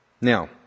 Now